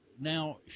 Now